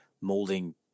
molding